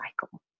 cycle